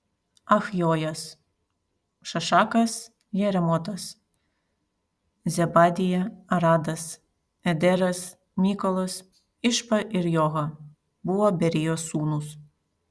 achjojas šašakas jeremotas zebadija aradas ederas mykolas išpa ir joha buvo berijos sūnūs